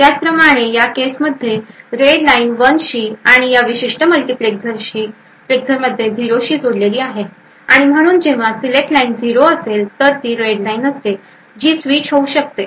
त्याचप्रमाणे या केसमध्ये रेड लाईन 1 शी आणि या विशिष्ट मल्टिप्लेसरमध्ये 0 शी जोडलेली आहे आणि म्हणून जेव्हा सिलेक्ट लाईन 0 असेल तर ती रेड लाईन असते जी स्विच होऊ शकते